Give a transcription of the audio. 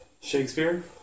Shakespeare